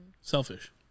selfish